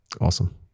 Awesome